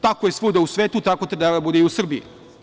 Tako je svuda u svetu, tako treba da bude i u Srbiji.